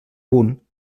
punt